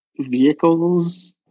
vehicles